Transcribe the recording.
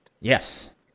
Yes